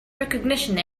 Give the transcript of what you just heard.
recognition